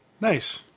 Nice